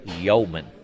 Yeoman